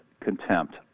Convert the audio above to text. contempt